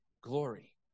glory